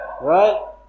right